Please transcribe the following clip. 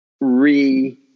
re